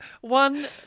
One